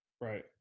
Right